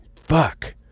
fuck